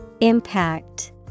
Impact